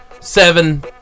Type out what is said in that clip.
seven